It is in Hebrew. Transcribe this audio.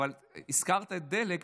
אבל הזכרת דלק,